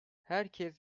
herkes